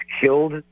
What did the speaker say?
killed